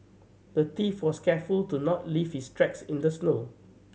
the thief was careful to not leave his tracks in the snow